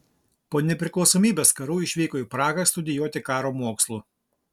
po nepriklausomybės karų išvyko į prahą studijuoti karo mokslų